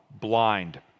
blind